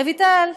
רויטל,